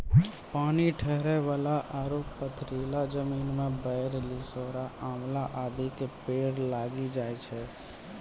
पानी ठहरै वाला आरो पथरीला जमीन मॅ बेर, लिसोड़ा, आंवला आदि के पेड़ लागी जाय छै